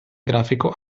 grafico